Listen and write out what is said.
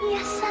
Yes